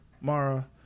Mara